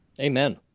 Amen